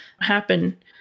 happen